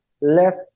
left